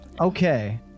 Okay